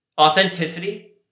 authenticity